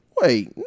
Wait